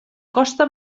costa